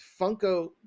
Funko